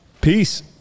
peace